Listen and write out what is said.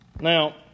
Now